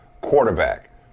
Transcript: quarterback